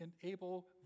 enable